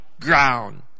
ground